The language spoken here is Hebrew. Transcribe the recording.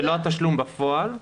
זה לא התשלום בפועל,